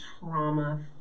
trauma